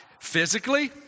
Physically